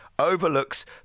overlooks